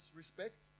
respect